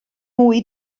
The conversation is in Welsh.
mwy